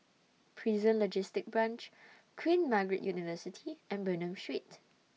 Prison Logistic Branch Queen Margaret University and Bernam Street